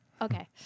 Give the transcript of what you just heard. Okay